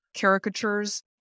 caricatures